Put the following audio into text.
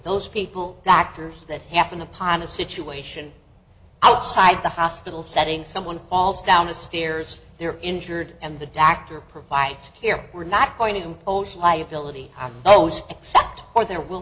those people back tears that happened upon a situation outside the hospital setting someone falls down the stairs they're injured and the doctor provides here we're not going to impose liability except for their will